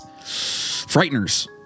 Frighteners